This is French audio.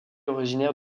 originaire